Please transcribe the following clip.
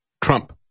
Trump